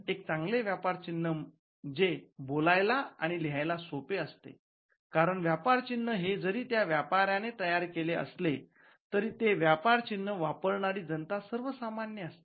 एक चांगले व्यापार चिन्ह जे बोलायला आणि लिहायला सोपे असते कारण व्यापार चिन्ह हे जरी त्या व्यापाऱ्याने तयार केले असले तरी ते व्यापार चिन्ह वापरणारी जनता सर्व सामान्य असते